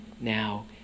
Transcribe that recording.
now